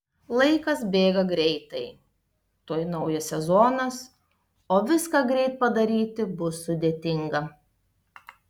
laikas bėga greitai tuoj naujas sezonas o viską greit padaryti bus sudėtinga